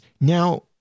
Now